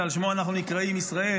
שעל שמו אנחנו נקראים ישראל,